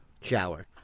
shower